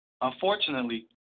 Unfortunately